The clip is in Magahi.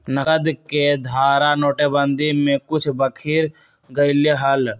नकद के धारा नोटेबंदी में कुछ बिखर गयले हल